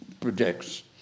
projects